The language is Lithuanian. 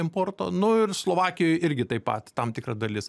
importo nu ir slovakijoj irgi taip pat tam tikra dalis